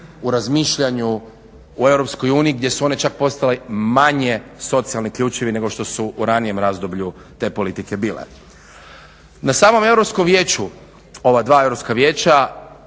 u razmišljanju u EU gdje su one čak postale manje socijalni ključevi nego što su u ranijem razdoblju te politike bile. Na samom Europskom vijeću, ova dva Europska vijeća,